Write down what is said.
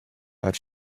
but